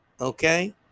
Okay